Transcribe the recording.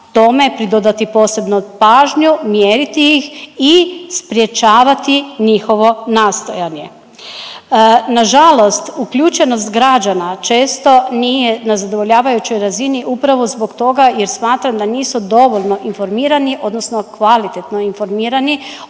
tome pridodati posebnu pažnju, mjeriti ih i sprječavati njihovo nastojanje. Na žalost, uključenost građana često nije na zadovoljavajućoj razini upravo zbog toga jer smatram da nisu dovoljno informirani, odnosno kvalitetno informirani